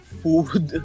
food